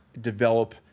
develop